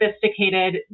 sophisticated